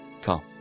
Come